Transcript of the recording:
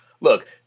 look